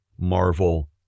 Marvel